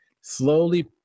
slowly